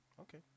Okay